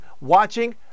watching